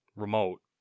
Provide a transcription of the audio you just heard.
remote